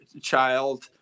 child